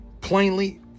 plainly